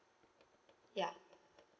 ya